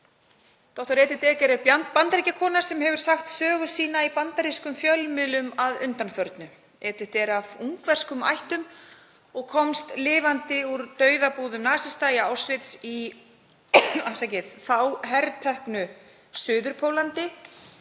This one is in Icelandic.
Dr. Edith Eger er Bandaríkjakona sem hefur sagt sögu sína í bandarískum fjölmiðlum að undanförnu. Hún er af ungverskum ættum og komst lifandi úr dauðabúðum nasista í Auschwitz í herteknu Suður-Póllandi.